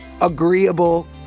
agreeable